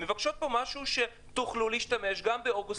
מבקשות משהו שתוכלו להשתמש בו גם באוגוסט.